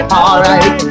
alright